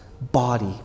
body